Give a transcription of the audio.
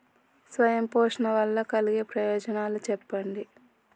స్వయం పోషణ వల్ల కలిగే ప్రయోజనాలు చెప్పండి?